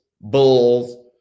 bulls